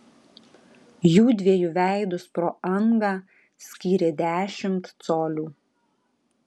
jųdviejų veidus pro angą skyrė dešimt colių